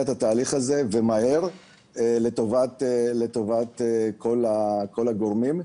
את התהליך הזה ומהר לטובת כל הגורמים.